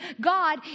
God